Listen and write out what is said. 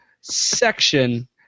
section